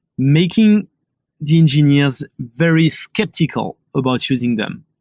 making the engineers very skeptical about using them,